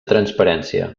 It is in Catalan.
transparència